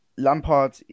Lampard